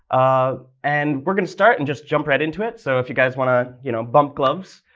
ah and we're going to start and just jump right into it. so if you guys want to you know bump gloves,